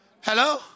Hello